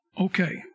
Okay